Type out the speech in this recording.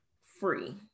free